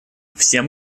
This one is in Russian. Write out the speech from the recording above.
всем